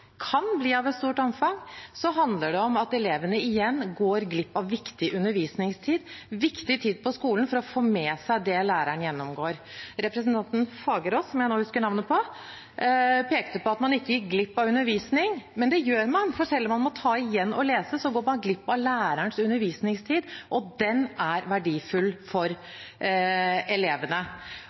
kan bli av et stort omfang, så handler det om at elevene igjen går glipp av viktig undervisningstid, viktig tid på skolen for å få med seg det læreren gjennomgår. Representanten Fagerås – som jeg nå husker etternavnet på – pekte på at man ikke gikk glipp av undervisning, men det gjør man, for selv om man må ta igjen og lese, går man glipp av lærerens undervisningstid, og den er verdifull for elevene.